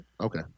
okay